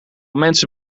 mensen